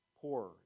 poorer